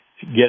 Get